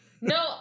no